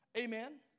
amen